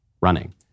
running